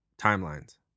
timelines